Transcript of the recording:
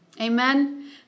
Amen